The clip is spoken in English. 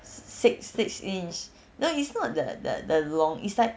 s~ six six inch no it's not the the the long it's like